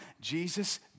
Jesus